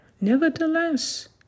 Nevertheless